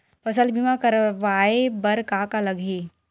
फसल बीमा करवाय बर का का लगही?